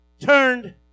turned